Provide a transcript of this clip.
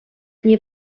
nie